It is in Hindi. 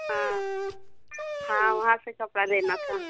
हाँ हाँ वहाँ से कपड़ा लेना था